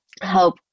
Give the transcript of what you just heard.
help